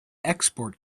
export